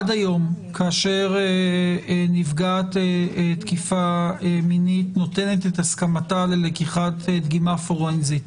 כאשר נפגעת תקיפה מינית נותנת את הסכמתה ללקיחת דגימה פורנזית,